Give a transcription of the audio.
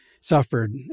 suffered